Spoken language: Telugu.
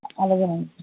అలాగేనండి